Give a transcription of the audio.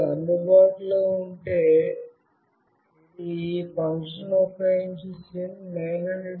ఇది అందుబాటులో ఉంటే ఇది ఈ ఫంక్షన్ను ఉపయోగించి SIM900A